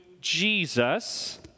Jesus